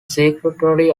secretary